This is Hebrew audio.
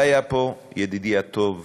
והיה פה ידידי הטוב